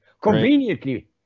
conveniently